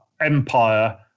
empire